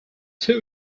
too